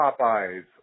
Popeyes